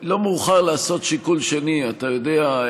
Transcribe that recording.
שלא מאוחר לעשות שיקול שני, אתה יודע.